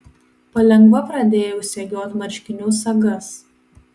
palengva pradėjau segiot marškinių sagas